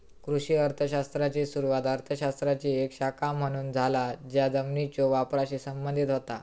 कृषी अर्थ शास्त्राची सुरुवात अर्थ शास्त्राची एक शाखा म्हणून झाला ज्या जमिनीच्यो वापराशी संबंधित होता